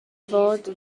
fod